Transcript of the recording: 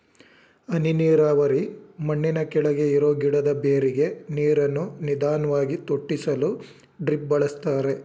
ಹನಿ ನೀರಾವರಿ ಮಣ್ಣಿನಕೆಳಗೆ ಇರೋ ಗಿಡದ ಬೇರಿಗೆ ನೀರನ್ನು ನಿಧಾನ್ವಾಗಿ ತೊಟ್ಟಿಸಲು ಡ್ರಿಪ್ ಬಳಸ್ತಾರೆ